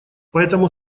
поэтому